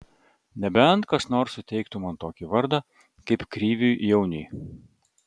nebent kas nors suteiktų man tokį vardą kaip kriviui jauniui